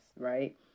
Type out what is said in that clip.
right